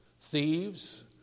thieves